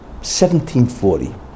1740